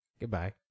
Goodbye